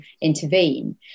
intervene